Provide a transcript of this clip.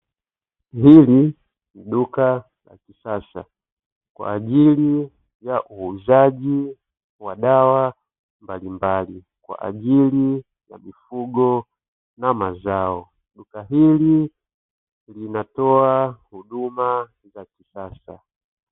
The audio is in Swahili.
Hili ni duka la kisasa kwa ajili ya uuzaji wa dawa mbalimbali kwa ajili ya mifugo na mazao. Duka hili linatoa huduma za kisasa.